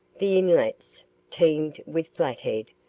the inlets teemed with flathead,